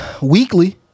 Weekly